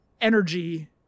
energy